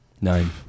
Nine